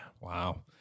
Wow